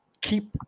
keep